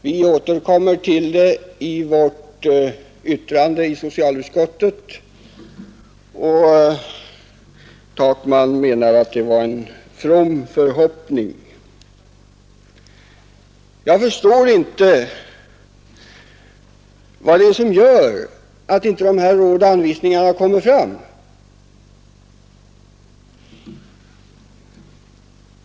Vi återkommer till detta i socialutskottets betänkande, och herr Takman menade att det var en from förhoppning. Jag förstår inte vad det är som gör att inte dessa råd och anvisningar kommer fram.